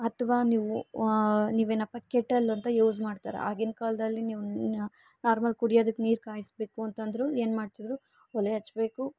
ಅಥ್ವಾ ನೀವು ನೀವೇನಪ್ಪ ಕೆಟಲ್ ಅಂತ ಯೂಸ್ ಮಾಡ್ತಾರೆ ಆಗಿನ ಕಾಲದಲ್ಲಿ ನೀವು ನಾರ್ಮಲ್ ಕುಡಿಯದಕ್ಕೆ ನೀರು ಕಾಯಿಸಬೇಕು ಅಂತಂದರೂ ಏನುಮಾಡ್ತಿದ್ರು ಒಲೆ ಹಚ್ಬೇಕು